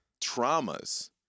traumas